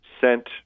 sent